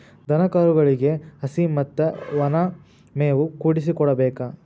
ದನಕರುಗಳಿಗೆ ಹಸಿ ಮತ್ತ ವನಾ ಮೇವು ಕೂಡಿಸಿ ಕೊಡಬೇಕ